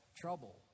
trouble